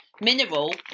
mineral